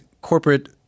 corporate